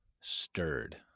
stirred